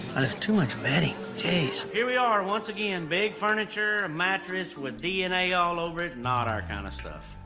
and it's too much bedding, jeez. here we are once again. big furniture, a mattress with dna all over it. not our kind of stuff.